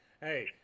hey